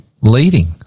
leading